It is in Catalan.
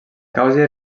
causa